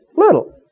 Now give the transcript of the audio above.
little